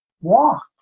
walk